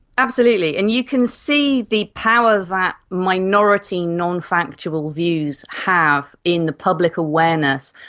absolutely, and you can see the power that minority non-factual views have in the public awareness,